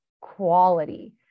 quality